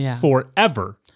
forever